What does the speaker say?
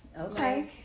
Okay